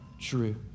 true